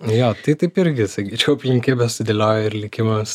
jo tai taip irgi sakyčiau aplinkybės susidėliojo ir likimas